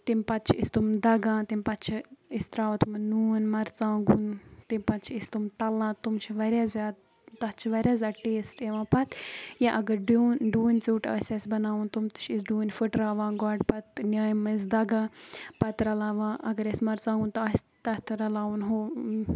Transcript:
تَمہِ پَتہٕ چھِ أسۍ تِم دگان تَمہِ پَتہٕ چھِ أسۍ ترٛاوان تُمَن نوٗن مَرژٕوانٛگُن تمہِ پَتہٕ چھِ أسۍ تِم تَلان تُم چھِ واریاہ زیادٕ تَتھ چھِ واریاہ زیادٕ ٹیٚسٹہٕ یِوان پَتہٕ یا اگر ڈین ڈوٗنۍ ژیوٚٹ آسہِ اَسہِ بَناوُن تِم تہِ چھِ أسۍ ڈوٗنۍ پھُٹراوان گۄڈٕ پَتہٕ نیامہِ منٛزۍ دَگان پَتہٕ رَلاوان اَگر اَسہِ مَرژانٛگُن تہِ آسہِ تَتھ رَلاوُن ہُہ